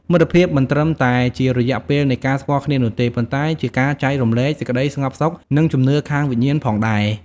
មិត្តភាពមិនត្រឹមតែជារយៈពេលនៃការស្គាល់គ្នានោះទេ ប៉ុន្តែជាការចែករំលែកសេចក្ដីស្ងប់សុខ និងជំនឿខាងវិញ្ញាណផងដែរ។